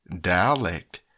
dialect